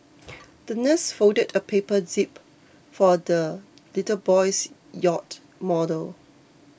the nurse folded a paper jib for the little boy's yacht model